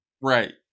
right